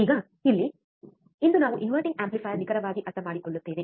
ಈಗ ಇಲ್ಲಿ ಇಂದು ನಾವು ಇನ್ವರ್ಟಿಂಗ್ ಆಂಪ್ಲಿಫಯರ್ ನಿಖರವಾಗಿ ಅರ್ಥಮಾಡಿಕೊಳ್ಳುತ್ತೇವೆ